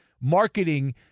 marketing